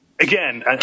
Again